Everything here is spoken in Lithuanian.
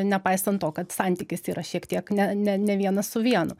nepaisant to kad santykis yra šiek tiek ne ne ne vienas su vienu